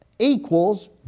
Equals